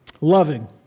loving